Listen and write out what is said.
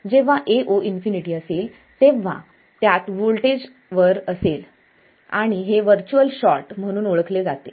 जेव्हा Ao ∞ तेव्हा हे त्यात होल्टेज वर असेल आणि हे व्हर्च्युअल शॉर्ट म्हणून ओळखले जाते